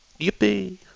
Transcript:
Yippee